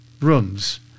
rooms